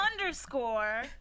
Underscore